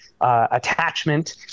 attachment